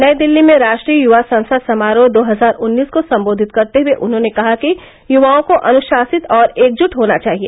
नई दिल्ली में राष्ट्रीय युवा संसद समारोह दो हजार उन्नीस को संबोधित करते हुए उन्होंने कहा कि युवाओं को अनुशासित और एकजुट होना चाहिए